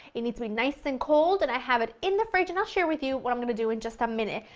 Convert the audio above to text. it needs to be nice and cold and i have it in the fridge and i'll share with you what i'm going to do in just a minute.